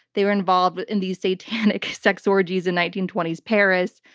they were involved in these satanic sex orgies in nineteen twenty s paris.